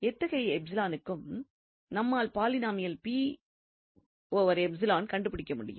எத்தகைய க்கும் நம்மால் பாலினாமியல் கண்டுபிடிக்க முடியும்